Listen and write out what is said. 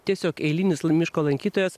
tiesiog eilinis miško lankytojas